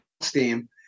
Steam